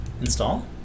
install